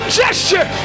gesture